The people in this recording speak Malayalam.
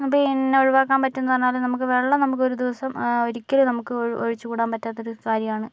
പിന്നെ ഒഴിവാക്കാൻ പറ്റുമെന്ന് പറഞ്ഞാലും നമുക്ക് വെള്ളം നമുക്കൊരു ദിവസം ഒരിക്കലും നമുക്ക് ഒഴിച്ചുകൂടാൻ പറ്റാത്തൊരു കാര്യമാണ്